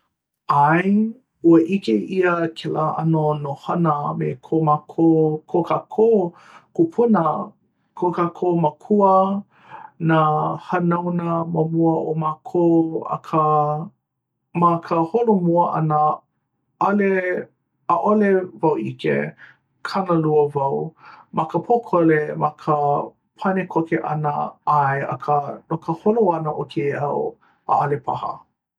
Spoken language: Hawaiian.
ʻae?! ua ʻike ʻia kēlā ʻano nohona me ko mākou ko kākou kūpuna ko kākou mākua nā hanauna ma mua o mākou. akā ma ka holomua ʻana ʻale ʻaʻole wau ʻike. kānālua wau. ma ka pokole ma ka pane koke ʻana ʻae akā no ka holo ʻana o kēia au. ʻaʻale paha.